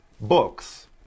books